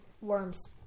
Worms